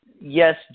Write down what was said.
yes